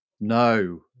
No